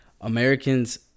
americans